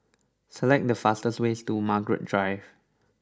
select the fastest way to Margaret Drive